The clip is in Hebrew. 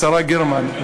השרה גרמן.